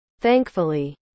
Thankfully